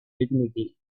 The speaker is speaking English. dignity